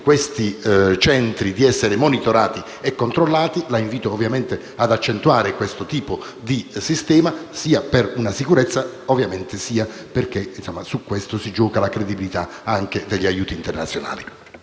condizioni di essere monitorati e controllati. La invito ovviamente ad accentuare siffatto tipo di sistema, sia per una sicurezza, sia perché su questo si gioca la credibilità degli aiuti internazionali.